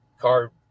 car